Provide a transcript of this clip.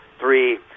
three